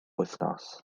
wythnos